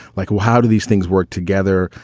like, well, how do these things work together?